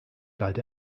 galt